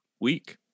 week